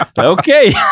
Okay